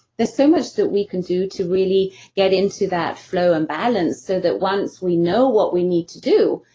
there's so much that we can do to really get into that flow and balance so that once we know what we need to do,